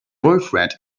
boyfriend